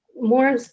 more